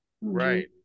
right